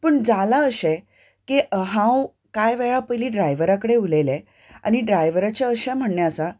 पूण जालां अशें की हांव कांय वेळा पयलीं ड्रायव्हरा कडेन उलयलें आनी ड्रायव्हराचें अशें म्हणणें आसा